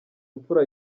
imfura